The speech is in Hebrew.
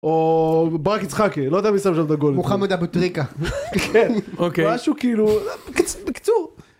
או ברק יצחקי, לא יודע מי שם את הגול. -מוחמד אבו טריקה. -כן. -אוקיי. -משהו, כאילו.... בקיצור